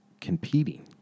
competing